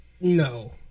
No